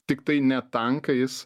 tiktai ne tankais